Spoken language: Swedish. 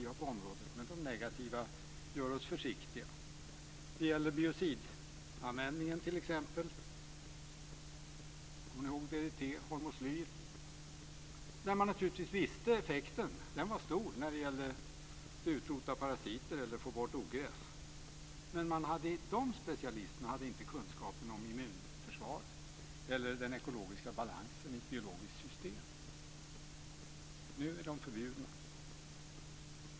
De negativa erfarenheterna gör oss försiktiga. Det gäller t.ex. biocidanvändningen. Kommer ni ihåg DDT och hormoslyr? Naturligtvis kände man till effekten. Den var stor när det gällde att utrota parasiter eller att få bort ogräs. Men de specialisterna hade inte kunskap om immunförsvaret eller om den ekologiska balansen i ett biologiskt system. Nu är de här ämnena förbjudna.